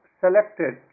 selected